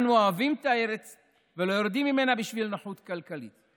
אנו אוהבים את הארץ ולא יורדים ממנה בשביל נוחות כלכלית.